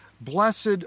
blessed